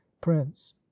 prince